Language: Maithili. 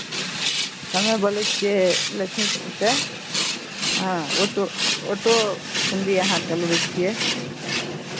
हमे बोलै छियै लक्ष्मीपुरसँ हँ ऑटो ऑटो सुनली अहाँ चलबै छियै